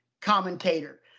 commentator